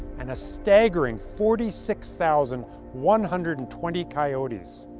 and a staggering forty six thousand one hundred and twenty coyotes.